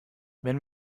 wenn